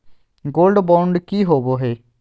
Gold bond की होबो है?